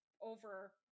over